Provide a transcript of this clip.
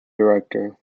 director